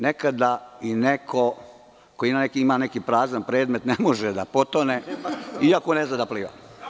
Nekada i neko ko ima neki prazan predmet ne može da potone, iako ne zna da pliva.